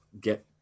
get